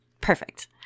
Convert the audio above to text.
perfect